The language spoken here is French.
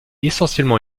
essentiellement